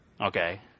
Okay